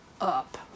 up